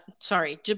sorry